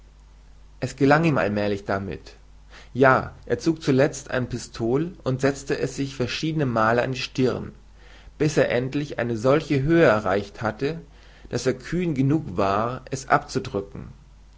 es gelang ihm allmälig damit ja er zog zulezt ein pistol und sezte es sich verschiedene male an die stirn bis er endlich eine solche höhe erreicht hatte daß er kühn genug war es abzudrücken